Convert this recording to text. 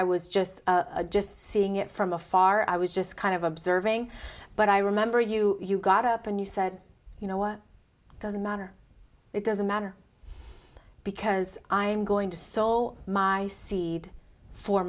i was just just seeing it from afar i was just kind of observing but i remember you you got up and you said you know what it doesn't matter it doesn't matter because i'm going to soul my seed for